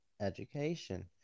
education